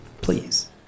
please